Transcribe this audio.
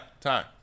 Time